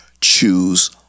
choose